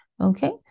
Okay